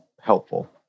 helpful